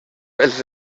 pels